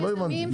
לא הבנתי.